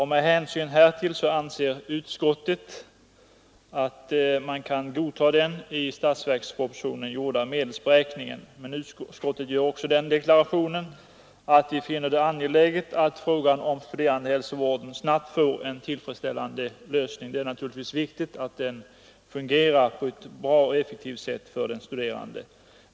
Med hänsyn härtill anser sig utskottet kunna godta den i statsverkspropositionen gjorda medelsberäkningen men gör också den deklarationen att utskottet finner det angeläget att frågan om studerandehälsovården snabbt får en tillfredsställande lösning. Det är naturligtvis viktigt att den fungerar på ett bra och effektivt sätt.